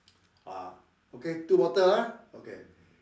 ah okay two bottle ah okay